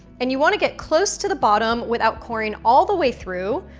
and you want to get close to the bottom without coring all the way through,